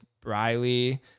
Briley